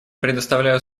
предоставляю